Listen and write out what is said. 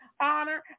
honor